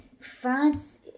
France